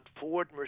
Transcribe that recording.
Ford